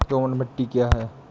दोमट मिट्टी क्या है?